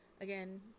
Again